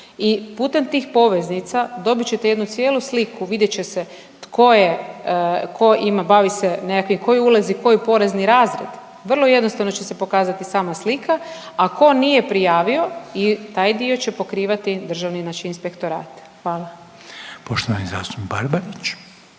i putem tih poveznica dobit ćete jednu cijelu sliku, vidjet će se tko ima, bavi se nekakvim, koji ulazi, koji porezni razred. Vrlo jednostavno će se pokazati sama slika. A tko nije prijavio taj dio će pokrivati državni, znači inspektorat. Hvala. **Reiner,